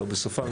לא בסופה.